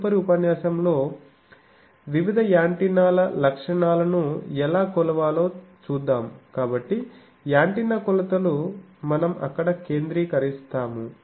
తదుపరి ఉపన్యాసంలో వివిధ యాంటెన్నాల లక్షణాలను ఎలా కొలవాలో చూద్దాం కాబట్టి యాంటెన్నా కొలతలు మనం అక్కడ కేంద్రీకరిస్తాము